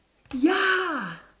ya